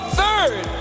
third